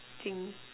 thing